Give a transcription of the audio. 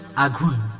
aclu